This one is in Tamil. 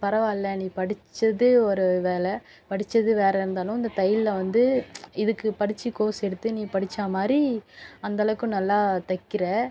பரவாயில்ல நீ படித்தது ஒரு வேலை படித்தது வேற இருந்தாலும் இந்த தையலை வந்து இதுக்கு படித்து கோர்ஸ் எடுத்து நீ படித்தா மாதிரி அந்த அளவுக்கு நல்லா தைக்கிற